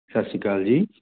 ਸਤਿ ਸ਼੍ਰੀ ਅਕਾਲ ਜੀ